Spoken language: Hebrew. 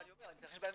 נתייחס לזה בהמשך.